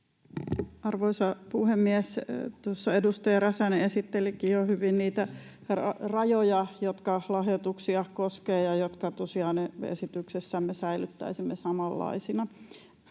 Arvoisa puhemies! Tuossa edustaja Räsänen esittelikin jo hyvin niitä rajoja, jotka lahjoituksia koskevat ja jotka tosiaan esityksessämme säilyttäisimme samanlaisina.